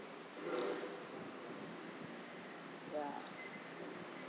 ya